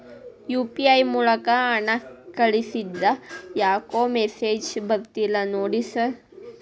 UPI ಮೂಲಕ ಹಣ ಕಳಿಸಿದ್ರ ಯಾಕೋ ಮೆಸೇಜ್ ಬರ್ತಿಲ್ಲ ನೋಡಿ ಸರ್?